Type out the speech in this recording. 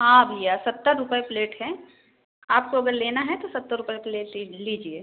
हाँ भैया सत्तर रुपये प्लेट है आपको अगर लेना है तो सत्तर रुपये प्लेट लीजिए